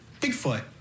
Bigfoot